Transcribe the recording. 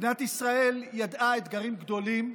מדינת ישראל ידעה אתגרים גדולים,